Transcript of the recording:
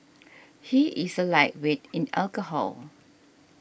he is a lightweight in alcohol